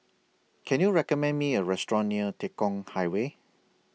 Can YOU recommend Me A Restaurant near Tekong Highway